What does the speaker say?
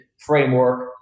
framework